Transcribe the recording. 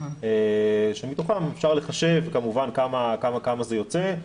אפשר כמובן לחשב כמה זה יוצא,